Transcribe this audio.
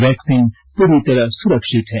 vaccine पूरी तरह सुरक्षित है